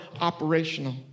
operational